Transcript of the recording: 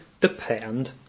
depend